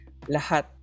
lahat